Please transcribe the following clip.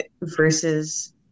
versus